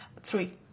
Three